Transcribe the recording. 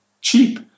cheap